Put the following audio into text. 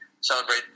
Celebrate